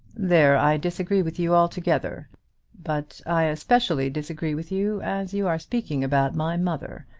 there i disagree with you altogether but i especially disagree with you as you are speaking about my mother,